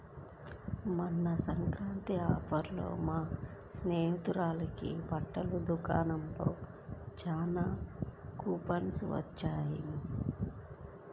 మొన్న సంక్రాంతి ఆఫర్లలో మా స్నేహితురాలకి బట్టల దుకాణంలో చానా కూపన్లు వొచ్చినియ్